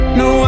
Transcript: no